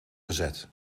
gezet